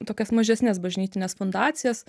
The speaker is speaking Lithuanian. tokias mažesnes bažnytines fundacijas